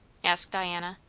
asked diana,